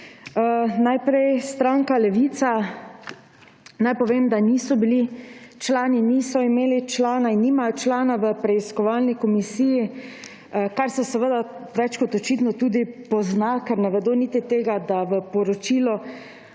Najprej stranka Levica. Naj povem, da niso bili člani, niso imeli člana in nimajo člana v preiskovalni komisiji, kar se seveda več kot očitno tudi pozna, ker ne vedo niti tega, da v poročilu